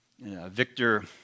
Victor